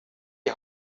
die